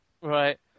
Right